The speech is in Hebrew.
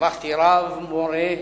הרווחתי רב ומורה,